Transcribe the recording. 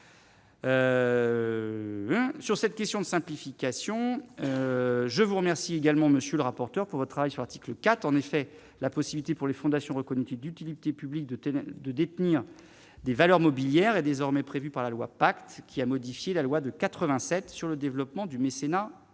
Sur cette question de simplification, je vous remercie également monsieur le rapporteur, pour votre avis sur l'article 4 en effet la possibilité pour les fondations reconnues d'utilité publique de de détenir des valeurs mobilières est désormais prévue par la loi, pacte qui a modifié la loi de 87 sur le développement du mécénat modifie.